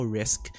risk